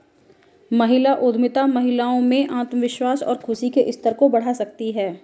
महिला उद्यमिता महिलाओं में आत्मविश्वास और खुशी के स्तर को बढ़ा सकती है